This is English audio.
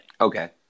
Okay